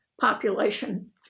population